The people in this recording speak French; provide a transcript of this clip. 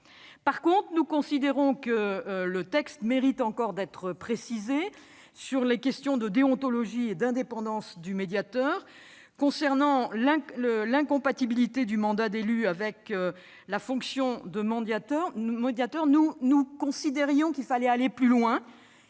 revanche, nous considérons que le texte mérite encore d'être précisé sur les questions de déontologie et d'indépendance du médiateur. Concernant l'incompatibilité du mandat d'élu avec la fonction de médiateur, nous considérions qu'il fallait aller plus loin